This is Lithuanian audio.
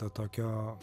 tą tokio